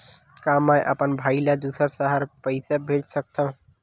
का मैं अपन भाई ल दुसर शहर पईसा भेज सकथव?